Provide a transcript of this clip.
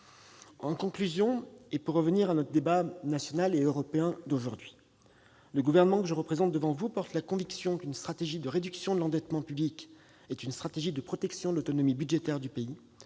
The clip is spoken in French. En conclusion, pour revenir à notre débat national et européen d'aujourd'hui, le Gouvernement que je représente devant vous porte la conviction qu'une stratégie de réduction de l'endettement public est une stratégie de protection de l'autonomie budgétaire du pays.